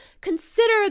consider